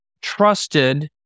trusted